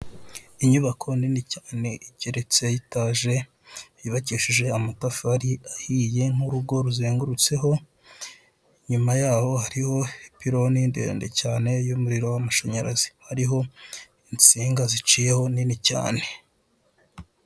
Inyubako nini cyane igeretse y'itaje, yubakishije amatafari ahiye n'urugo ruzengurutseho, inyuma yaho hariho ipironi ndende cyane y'umuriro w'amashanyarazi, hariho insinga ziciyeho nini cyane.